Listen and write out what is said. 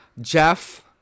Jeff